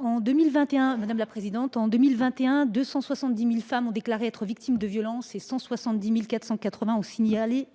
En 2021, 270 000 femmes ont déclaré être victimes de violences et 177 480 ont signalé